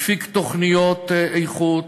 מפיק תוכניות איכות,